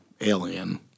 alien